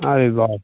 अरे बाप